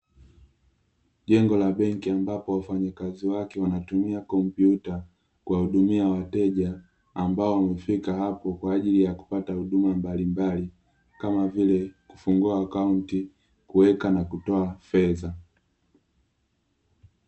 Jengo la benki ambapo wafanyakazi wake wanatumia kompyuta kuwahudumia wateja, ambao wamefika hapo kwa ajili ya kupata huduma mbalimbali kama vile, kufungua akaunti, kuweka na kutoa fedha.